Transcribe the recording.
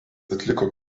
atliko